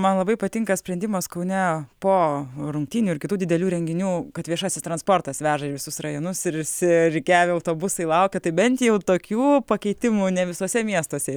man labai patinka sprendimas kaune po rungtynių ir kitų didelių renginių kad viešasis transportas veža į visus rajonus ir išsirikiavę autobusai laukia tai bent jau tokių pakeitimų ne visuose miestuose